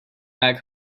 back